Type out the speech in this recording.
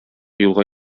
юлга